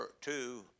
two